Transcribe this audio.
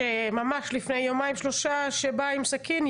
ממש לפני יומיים שלושה שבא מישהו עם סכין,